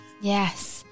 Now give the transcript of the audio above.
Yes